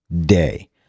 day